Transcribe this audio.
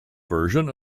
version